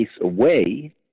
away